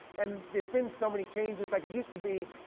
and there's been so many changes. like it used to be,